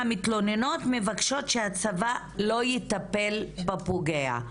מהמתלוננות מבקשות שהצבא לא יטפל בפוגע,